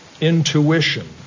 intuition